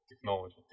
technology